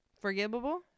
Forgivable